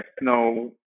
no